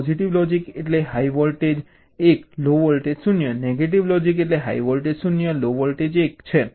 positive logic એટલે high voltage 1 low voltage 0 negative logic એટલે high voltage 0 low voltage 1 છે